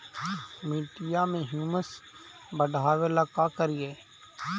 मिट्टियां में ह्यूमस बढ़ाबेला का करिए?